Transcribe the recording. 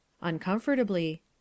Uncomfortably